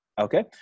Okay